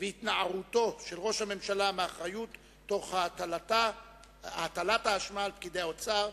והתנערותו של ראש הממשלה מאחריות תוך הטלת האשמה על פקידי האוצר,